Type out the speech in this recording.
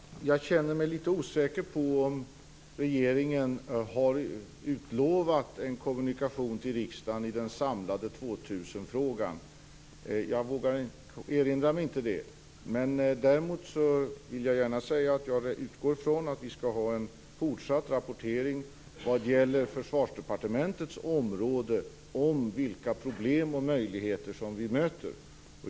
Herr talman! Jag känner mig litet osäker på om regeringen har utlovat en kommunikation till riksdagen i den samlade 2000-frågan. Jag erinrar mig inte det. Däremot vill jag gärna säga att jag utgår från att vi skall ha en fortsatt rapportering om vilka problem och möjligheter vi möter vad gäller Försvarsdepartementets område.